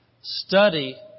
Study